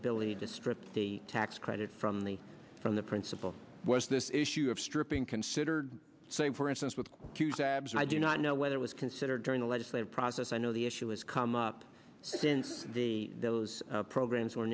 ability to strip the tax credit from the from the principle was this issue of stripping considered same for instance with q sabs i do not know whether it was considered during the legislative process i know the issue has come up since the those programs